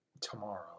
tomorrow